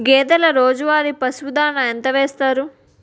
గేదెల రోజువారి పశువు దాణాఎంత వేస్తారు?